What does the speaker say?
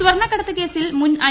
സ്വർണ്ണക്കടത്ത് ക്ക്സിൽ മുൻ ഐ